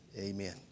Amen